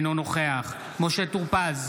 אינו נוכח משה טור פז,